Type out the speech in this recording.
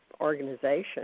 organization